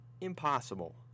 impossible